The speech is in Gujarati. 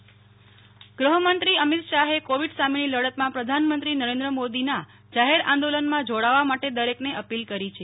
અમિત શાહ્ કોવીડ ગૃહમંત્રી અમિત શાહે કોવિડ સામેની લડતમાં પ્રધાનમંત્રી નરેન્દ્ર મોદીના જાહેર આંદોલનમાં જોડાવા માટે દરેકને અપીલ કરી છે